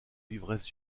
l’ivresse